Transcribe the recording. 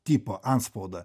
tipo antspaudą